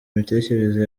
imitekerereze